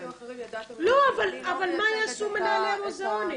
מה יעשו מנהלי המוזיאונים?